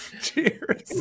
Cheers